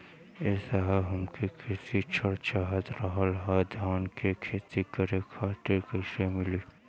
ए साहब हमके कृषि ऋण चाहत रहल ह धान क खेती करे खातिर कईसे मीली?